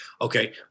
okay